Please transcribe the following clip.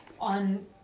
on